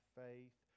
faith